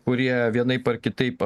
kurie vienaip ar kitaip